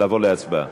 לעבור להצבעה.